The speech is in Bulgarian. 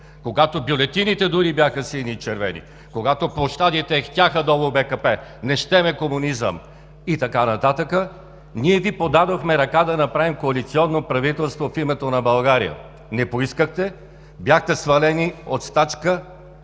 когато бюлетините дори бяха сини и червени, когато площадите ехтяха: „Долу БКП!“, „Не щем комунизъм!“ и така нататък, ние Ви подадохме ръка да направим коалиционно правителство в името на България. Не поискахте. Бяхте свалени от стачка